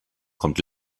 kommt